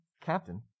Captain